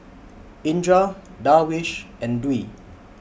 Indra Darwish and Dwi